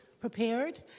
prepared